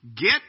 Get